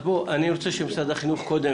אני רוצה שמשרד החינוך יציג לנו את המציאות קודם,